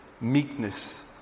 meekness